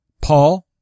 Paul